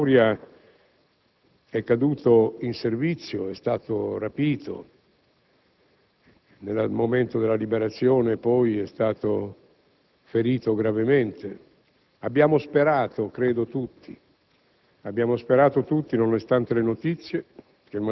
Il maresciallo D'Auria è caduto in servizio; è stato rapito e poi, nel momento della liberazione, è stato ferito gravemente. Abbiamo sperato, credo tutti,